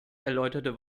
erläuterte